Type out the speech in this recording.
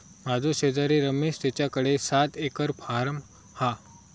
माझो शेजारी रमेश तेच्याकडे सात एकर हॉर्म हा